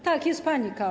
Tak, jest panika.